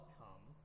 come